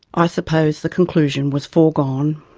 i suppose the conclusion was foregone.